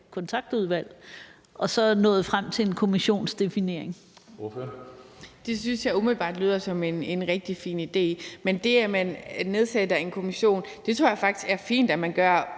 Kl. 12:03 Anna Falkenberg (SP): Det synes jeg umiddelbart lyder som en rigtig fin idé, men det, at man nedsætter en kommission, tror jeg faktisk er fint at man gør,